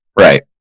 Right